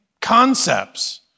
concepts